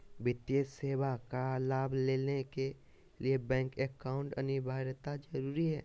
वित्तीय सेवा का लाभ लेने के लिए बैंक अकाउंट अनिवार्यता जरूरी है?